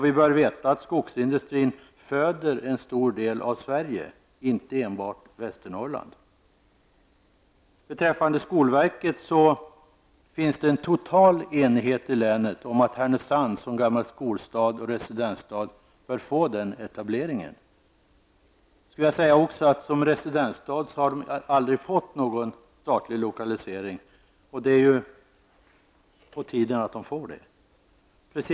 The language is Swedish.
Vi bör veta att skogsindustrin föder en stor del av Sverige, inte enbart Beträffande skolverket finns det en total enighet i länet om att Härnösand som gammal skolstad och residensstad bör få den etableringen. Som residensstad har staden aldrig fått någon statlig lokalisering, och det är på tiden att den får det.